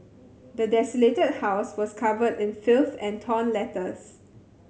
the desolated house was covered in filth and torn letters